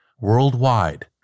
Worldwide